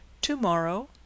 To-morrow